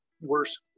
worse